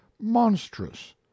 monstrous